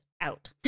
out